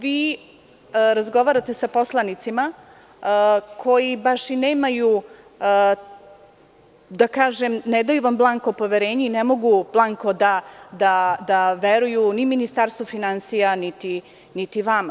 Vi razgovarate sa poslanicima koji nemaju, ne daju vam blanko poverenje i ne mogu blanko da veruju ni Ministarstvu finansija, niti vama.